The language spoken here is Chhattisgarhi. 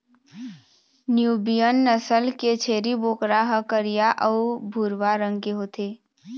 न्यूबियन नसल के छेरी बोकरा ह करिया अउ भूरवा रंग के होथे